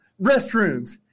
restrooms